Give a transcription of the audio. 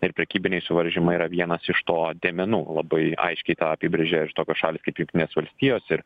ir prekybiniai suvaržymai yra vienas iš to dėmenų labai aiškiai tą apibrėžia ir tokios šalys kaip jungtinės valstijos ir